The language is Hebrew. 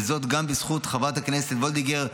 וזאת גם בזכות חברת הכנסת וולדיגר,